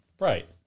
Right